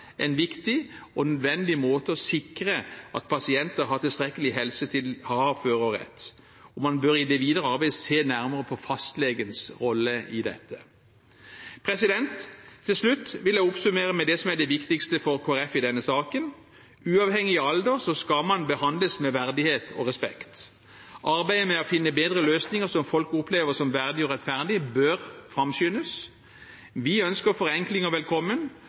en viktig og nødvendig måte å sikre at man har tilstrekkelig helse til å ha førerrett, og vi bør i det videre arbeidet se nærmere på fastlegens rolle i dette. Til slutt vil jeg oppsummere med det som er det viktigste for Kristelig Folkeparti i denne saken: Uavhengig av alder skal man behandles med verdighet og respekt. Arbeidet med å finne bedre løsninger som folk opplever som verdig og rettferdig, bør framskyndes. Vi ønsker forenklinger velkommen,